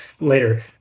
later